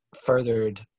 furthered